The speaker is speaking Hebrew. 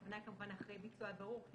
הכוונה היא כמובן אחרי ביצוע הבירור,